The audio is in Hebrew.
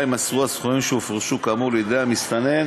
יימסרו הסכומים שהופרשו כאמור לידי המסתנן